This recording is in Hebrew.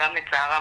גם לצערם,